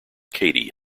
cady